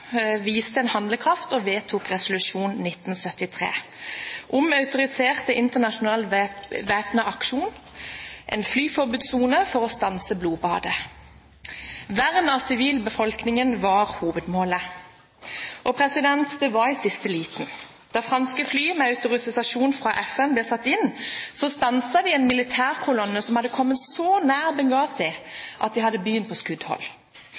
viste handlekraft og vedtok resolusjon 1973, som autoriserte en internasjonal, væpnet aksjon og en flyforbudssone for å stanse blodbadet. Vern av sivilbefolkningen var hovedmålet. Det var i siste liten. Da franske fly med autorisasjon fra FN ble satt inn, stanset de en militærkolonne som hadde kommet så nær Benghazi at de hadde byen på skuddhold.